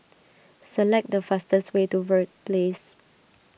select the fastest way to Verde Place